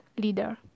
leader